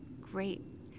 great